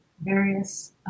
various